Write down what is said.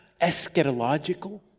eschatological